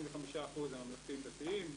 35% הם ממלכתיים-דתיים,